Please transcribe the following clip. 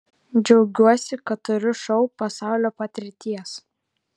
džiaugiuosi kad turiu šou pasaulio patirties